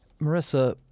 marissa